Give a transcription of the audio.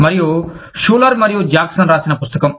మరియు షులర్ మరియు జాక్సన్ రాసిన పుస్తకం